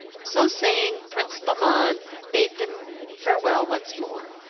so saying, prince bahman bade them farewell once more,